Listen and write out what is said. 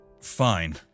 Fine